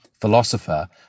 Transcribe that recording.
philosopher